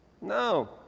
No